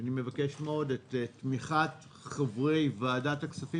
אני מבקש מאוד את תמיכת חברי ועדת הכספים